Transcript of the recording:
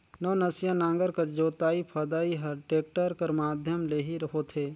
नवनसिया नांगर कर जोतई फदई हर टेक्टर कर माध्यम ले ही होथे